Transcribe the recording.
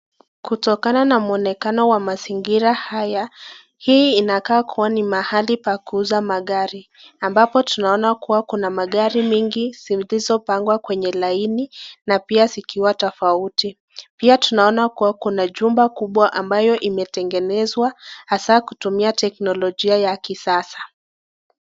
Kutokana na muonekano wa mazingira hata, hii inakaa kuwa ni mahali pa kuuza magari, ambapo tunaona kuwa kuna magari mingi zilizo pangwa kwenye laini na pia zikiwa tofauti. Pia tunaona kuwa kuna jumba kubwa ambayo imetengenezwa, haswa kutumia teknologia ya kisasa.